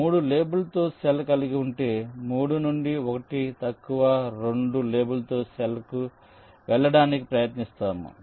కాబట్టి మీరు 3 లేబుల్తో సెల్ కలిగి ఉంటే 3 నుండి 1 తక్కువ 2 లేబుల్తో సెల్కు వెళ్ళడానికి ప్రయత్నిస్తాము